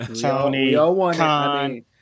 Tony